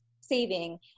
saving